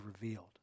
revealed